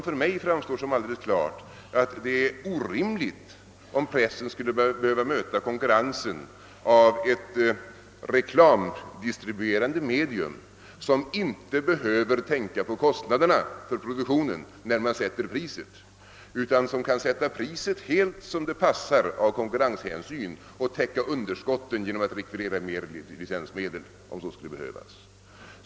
För mig framstår det som alldeles orimligt att pressen skulle behöva möta konkurrensen av ett reklamdistribuerande medium, som inte behöver tänka på kostnaderna för produktionen när det sätter priset, utan kan göra detta helt som det passar med tanke på konkurrensen och täcka underskotten genom att rekvirera mera licensmedel, om så skulle behövas.